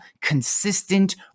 consistent